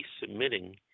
submitting